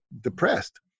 depressed